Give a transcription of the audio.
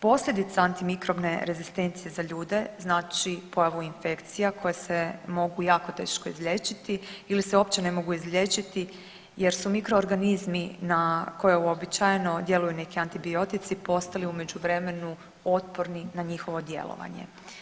Posljedica antimikrobne rezistencije za ljude znači pojavu infekcija koje se mogu jako teško izliječiti ili se uopće ne mogu izliječiti jer su mikroorganizmi na koje uobičajeno djeluju neki antibiotici postali u međuvremenu postali otporni na njihovo djelovanje.